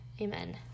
Amen